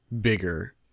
bigger